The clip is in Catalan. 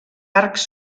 arcs